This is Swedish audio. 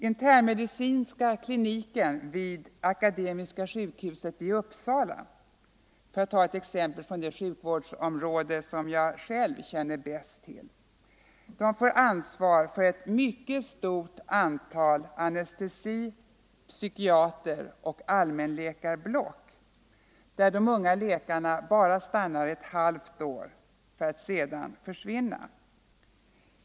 Internmedicinska kliniken vid Akademiska sjukhuset i Uppsala — för att ta ett exempel från det sjukvårdsområde som jag själv känner bäst till — får ansvar för ett mycket stort antal anestesi-, psykiateroch allmänläkarblock där de unga läkarna bara stannar ett halvt år för att sedan fortsätta till andra ställen.